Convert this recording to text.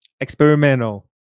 experimental